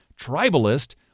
tribalist